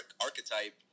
archetype